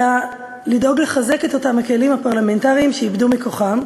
אלא לדאוג לחזק את אותם הכלים הפרלמנטריים שאיבדו מכוחם.